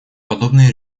подобные